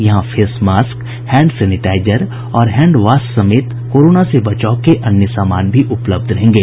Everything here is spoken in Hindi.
यहां फेस मास्क हैंड सेनेटाईजर और हैंडवाश समेत कोरोना से बचाव के अन्य सामान भी उपलब्ध रहेंगे